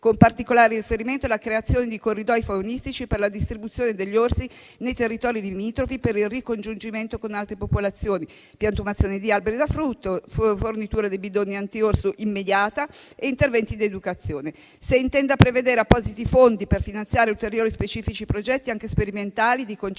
con particolare riferimento alla creazione di corridoi faunistici per la distribuzione degli orsi nei territori limitrofi, per il ricongiungimento con altre popolazioni, piantumazione di alberi da frutto, fornitura di bidoni anti-orso immediata e interventi di educazione. Domando se intenda prevedere appositi fondi per finanziare ulteriori specifici progetti, anche sperimentali, di concerto con